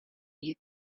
you